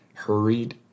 hurried